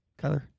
Kyler